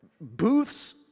Booths